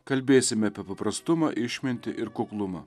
kalbėsime apie paprastumą išmintį ir kuklumą